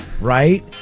right